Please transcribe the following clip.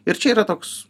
ir čia yra toks